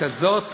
כזאת